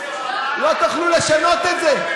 לא תוכלו לשנות את זה.